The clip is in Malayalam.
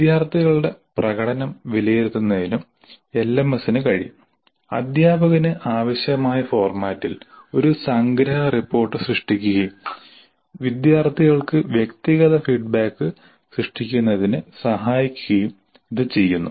വിദ്യാർത്ഥികളുടെ പ്രകടനം വിലയിരുത്തുന്നതിനും എൽഎംഎസിന് കഴിയും അധ്യാപകന് ആവശ്യമായ ഫോർമാറ്റിൽ ഒരു സംഗ്രഹ റിപ്പോർട്ട് സൃഷ്ടിക്കുകയും വിദ്യാർത്ഥികൾക്ക് വ്യക്തിഗത ഫീഡ്ബാക്ക് സൃഷ്ടിക്കുന്നതിന് സഹായിക്കുകയും ഇത് ചെയ്യുന്നു